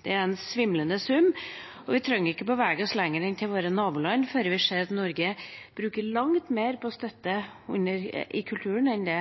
Det er en svimlende sum, og vi trenger ikke bevege oss lenger enn til våre naboland før vi ser at Norge bruker langt mer på å støtte kulturen enn det